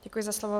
Děkuji za slovo.